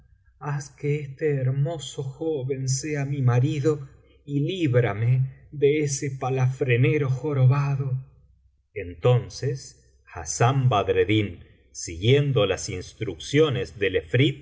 haz que este hermoso joven sea mi marido y líbrame de ese palafrenero jorobado entonces hassán badreddin siguiendo las instrucciones del efrit